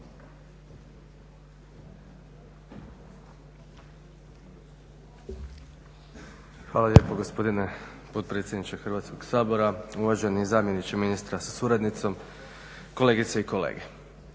Hvala lijepo gospodine potpredsjedniče Hrvatskog sabora, uvaženi zamjeniče ministra sa suradnicom, kolegice i kolege.